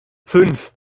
fünf